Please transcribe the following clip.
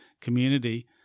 community